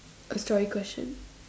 a story question